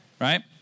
right